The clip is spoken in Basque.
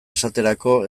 esaterako